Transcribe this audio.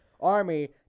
army